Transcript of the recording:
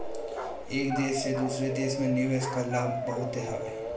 एक देस से दूसरा देस में निवेश कअ लाभ बहुते हवे